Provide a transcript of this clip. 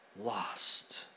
lost